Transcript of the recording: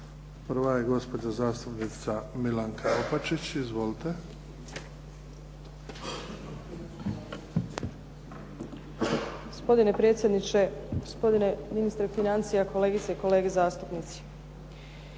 Prva je gospođa zastupnica Milanka Opačić. Izvolite. **Opačić, Milanka (SDP)** Gospodine predsjedniče, gospodine ministre financija, kolegice i kolege zastupnici.